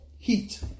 Heat